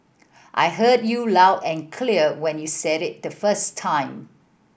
I heard you loud and clear when you said it the first time